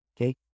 Okay